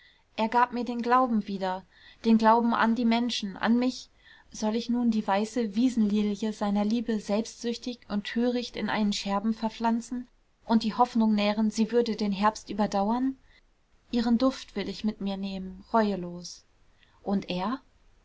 er gab mir den glauben wieder den glauben an die menschen an mich soll ich nun die weiße wiesenlilie seiner liebe selbstsüchtig und töricht in einen scherben verpflanzen und die hoffnung nähren sie würde den herbst überdauern ihren duft will ich mit mir nehmen reuelos und er